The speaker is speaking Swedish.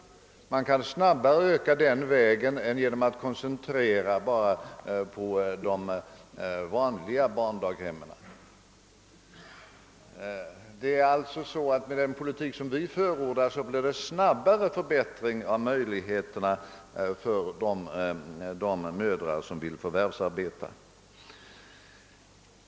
Ökningen kan då ske snabbare än genom en koncentration bara på de vanliga barndaghemmen. Med den politik vi förordar blir det alltså en snabbare förbättring av möjligheterna för de mödrar som vill förvärvsarbeta.